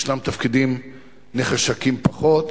ישנם תפקידים נחשקים פחות.